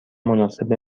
مناسب